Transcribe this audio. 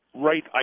Right